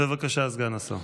בבקשה, סגן השר.